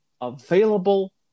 available